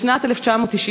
בשנת 1992